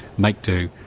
make do,